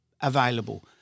available